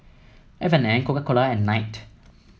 F and N Coca Cola and Knight